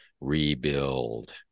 rebuild